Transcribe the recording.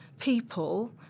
people